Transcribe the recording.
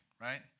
Right